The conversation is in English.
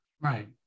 Right